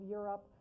Europe